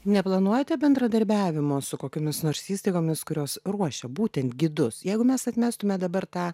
neplanuojate bendradarbiavimo su kokiomis nors įstaigomis kurios ruošia būtent gidus jeigu mes atmestume dabar tą